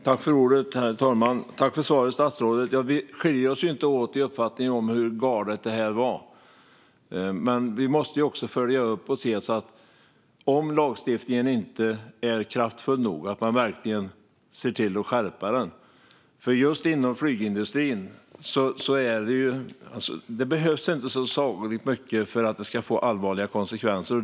Herr talman! Tack för svaret, statsrådet! Vi skiljer oss inte åt när det gäller uppfattningen om hur galet det här var. Men det måste följas upp; om lagstiftningen inte är kraftfull nog måste man verkligen se till att skärpa den. Just inom flygindustrin behövs det inte sagolikt mycket för att det ska få allvarliga konsekvenser.